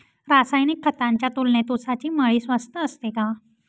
रासायनिक खतांच्या तुलनेत ऊसाची मळी स्वस्त असते का?